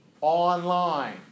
Online